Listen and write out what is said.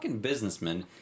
businessman